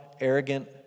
arrogant